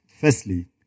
Firstly